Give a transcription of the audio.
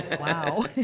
Wow